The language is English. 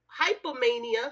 hypomania